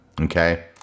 okay